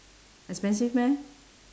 expensive meh